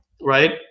right